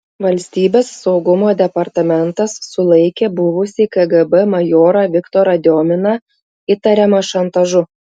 valstybės saugumo departamentas sulaikė buvusį kgb majorą viktorą diominą įtariamą šantažu